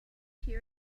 hear